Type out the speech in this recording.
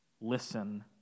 Listen